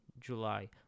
July